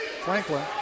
Franklin